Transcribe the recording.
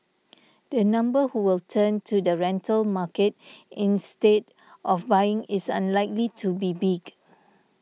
the number who will turn to the rental market instead of buying is unlikely to be big